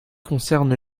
concerne